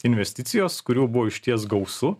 investicijos kurių buvo išties gausu